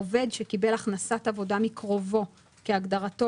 עובד שקיבל הכנסת עבודה מקרובו כהגדרתו